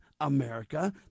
America